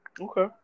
Okay